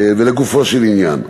ולגופו של עניין,